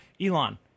Elon